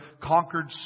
conquered